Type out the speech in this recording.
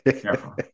careful